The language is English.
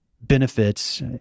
benefits